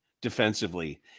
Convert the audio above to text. defensively